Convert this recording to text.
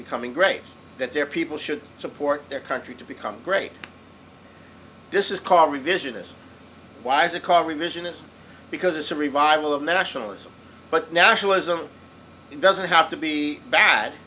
becoming great that their people should support their country to become great this is call revisionist wise a call revisionist because it's a revival of nationalism but nationalism doesn't have to be